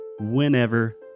whenever